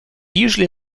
usually